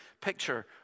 picture